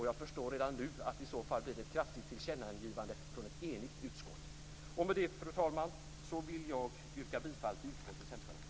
Jag förstår redan nu att det i så fall blir ett kraftigt tillkännagivande från ett enigt utskott. Med det, fru talman, vill jag yrka bifall till utskottets hemställan.